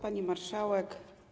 Pani Marszałek!